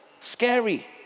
scary